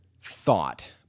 thought